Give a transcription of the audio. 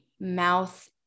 mouth